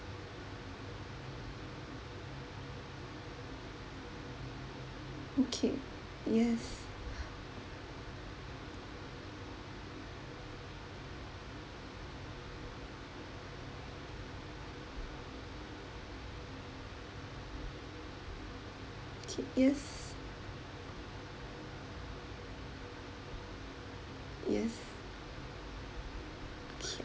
okay yes okay yes yes okay